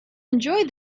enjoy